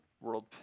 world